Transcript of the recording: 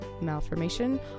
malformation